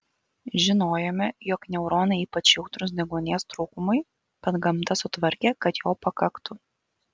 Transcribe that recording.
žinojome jog neuronai ypač jautrūs deguonies trūkumui bet gamta sutvarkė kad jo pakaktų